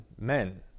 men